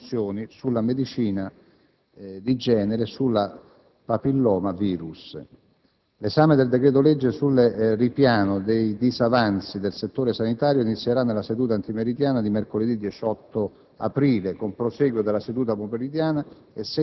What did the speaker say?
e iniziare la trattazione delle mozioni sulla medicina di genere e sul papilloma virus. L'esame del decreto-legge sul ripiano dei disavanzi nel settore sanitario inizierà nella seduta antimeridiana di mercoledì 18 aprile,